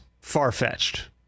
far-fetched